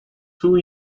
two